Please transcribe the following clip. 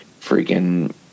Freaking